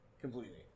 Completely